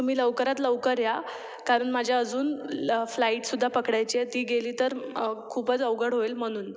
तुम्ही लवकरात लवकर या कारण माझ्या अजून ल फ्लाईटसुद्धा पकडायची आहे ती गेली तर खूपच अवघड होईल म्हणून